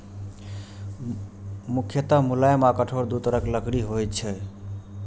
मुख्यतः मुलायम आ कठोर दू तरहक लकड़ी होइ छै